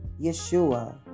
yeshua